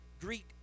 Greek